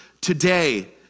today